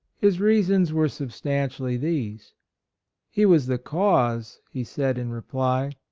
his reasons were substantially these he was the cause, he said in reply,